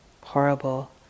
horrible